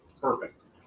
perfect